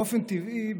באופן טבעי,